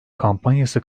kampanyası